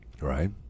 Right